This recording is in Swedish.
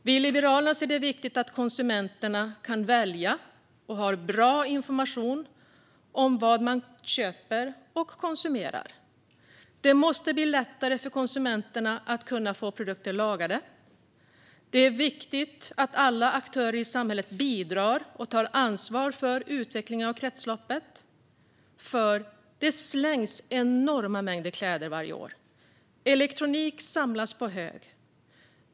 Vi i Liberalerna ser det som viktigt att konsumenterna kan välja och har bra information om vad de köper och konsumerar. Det måste bli lättare för konsumenterna att kunna få produkter lagade. Det är viktigt att alla aktörer i samhället bidrar och tar ansvar för utvecklingen av kretsloppet. Det slängs nämligen enorma mängder kläder varje år. Elektronik samlas på hög.